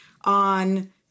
on